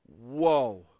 Whoa